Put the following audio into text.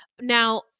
Now